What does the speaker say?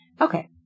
Okay